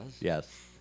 Yes